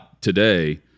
today